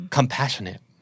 Compassionate